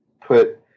put